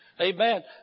Amen